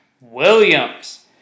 Williams